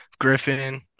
Griffin